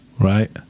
Right